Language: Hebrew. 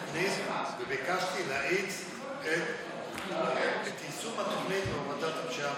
החמאתי לתוכנית וביקשתי להאיץ את יישום התוכנית להורדת הפשיעה